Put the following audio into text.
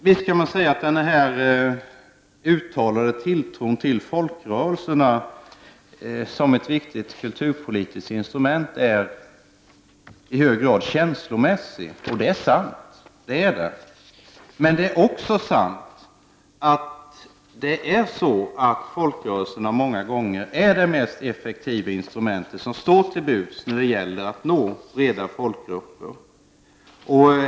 Visst kan man säga att den uttalade tilltron till folkrörelserna som ett viktigt kulturpolitiskt instrument i hög grad är känslomässig. Det är sant. Men sant är också att folkrörelserna många gånger är det mest effektiva instrument som står till buds när det gäller att nå de breda folklagren.